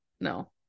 no